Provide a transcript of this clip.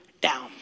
down